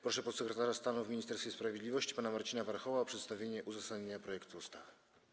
Proszę podsekretarza stanu w Ministerstwie Sprawiedliwości pana Marcina Warchoła o przedstawienie uzasadnienia projektu ustawy.